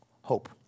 Hope